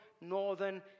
northern